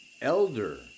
elder